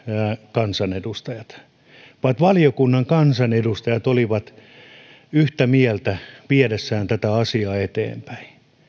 kansanedustajat vaan valiokunnan kansanedustajat olivat yhtä mieltä viedessään tätä asiaa eteenpäin